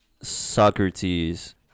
socrates